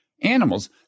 animals